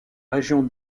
région